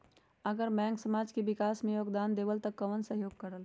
अगर बैंक समाज के विकास मे योगदान देबले त कबन सहयोग करल?